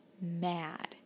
mad